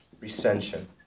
Recension